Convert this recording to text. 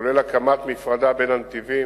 כולל הקמת מפרדה בין הנתיבים,